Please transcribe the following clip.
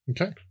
Okay